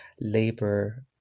labor